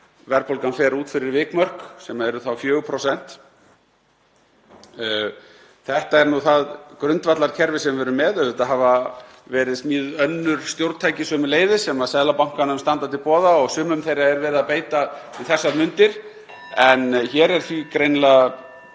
verðbólgan fer út fyrir vikmörk sem eru þá 4%. Þetta er það grundvallarkerfi sem við erum með. Auðvitað hafa verið smíðuð önnur stjórntæki sömuleiðis sem Seðlabankanum standa til boða og sumum þeirra er verið að beita um þessar mundir. (Forseti hringir.)